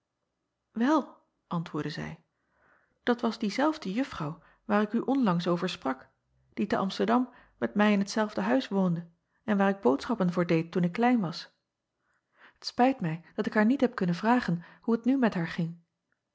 el antwoordde zij dat was diezelfde uffrouw waar ik u onlangs over sprak die te msterdam met mij in t zelfde huis woonde en waar ik boodschappen voor deed toen ik klein was t pijt mij dat ik haar niet heb kunnen vragen hoe t nu met haar ging